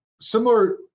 similar